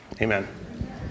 amen